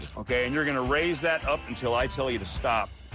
okay, and you're gonna raise that up until i tell you to stop.